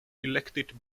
elected